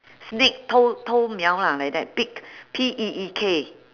sneak 偷偷瞄：tou tou miao lah like that peek P E E K